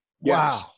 Wow